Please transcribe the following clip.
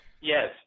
yes